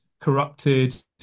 corrupted